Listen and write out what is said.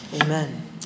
Amen